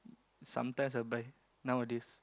sometimes sometimes nowadays